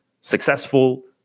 successful